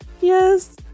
yes